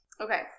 Okay